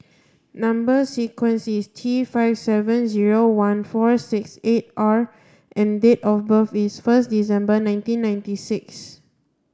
number sequence is T five seven zero one four six eight R and date of birth is first December nineteen ninety six